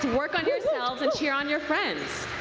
work on yourself and cheer on your friends.